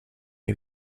may